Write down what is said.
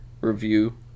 review